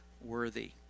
worthy